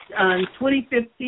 2015